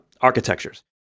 architectures